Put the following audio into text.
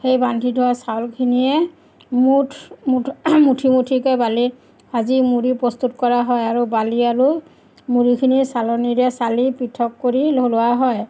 সেই বান্ধি থোৱা চাউলখিনিয়ে মুঠ মুঠ মুঠি মুুঠিকৈ বালিত ভাজি মুড়ি প্ৰস্তুত কৰা হয় আৰু বালি আৰু মুড়িখিনি চালনীৰে চালি পৃথক কৰি ওলোৱা হয়